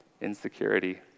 insecurity